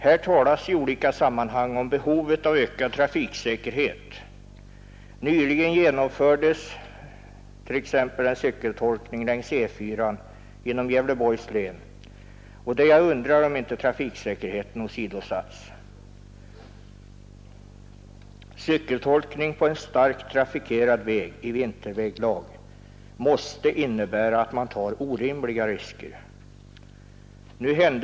Här talas i olika sammanhang om behovet av ökad trafiksäkerhet. Nyligen genomfördes t.ex. en cykeltolkning längs E 4 genom Gävleborgs län, och jag undrar om inte trafiksäkerheten då åsidosattes. Cykeltolkning på en starkt trafikerad väg i vinterväglag måste innebära att man tar orimliga risker.